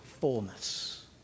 fullness